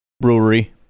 brewery